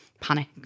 panic